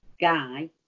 guy